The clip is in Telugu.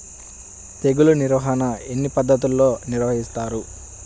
తెగులు నిర్వాహణ ఎన్ని పద్ధతుల్లో నిర్వహిస్తారు?